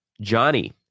Johnny